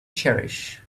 cherish